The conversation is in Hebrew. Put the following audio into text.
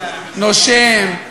נושם,